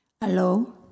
Hello